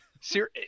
sir